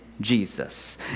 Jesus